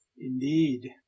Indeed